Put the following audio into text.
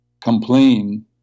complain